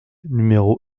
numéro